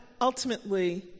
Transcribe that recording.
ultimately